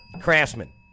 Craftsman